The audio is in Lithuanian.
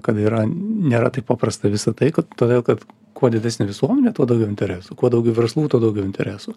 kad yra nėra taip paprasta visa tai kad todėl kad kuo didesnė visuomenė tuo daugiau interesų kuo daugiau verslų tuo daugiau interesų